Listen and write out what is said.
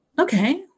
okay